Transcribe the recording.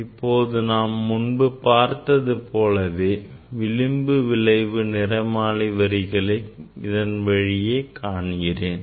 இப்போது நான் முன்பு பார்த்தது போலவே விளிம்பு விளைவு நிறமாலை வரிகளை இதன் வழியாக காண்கிறேன்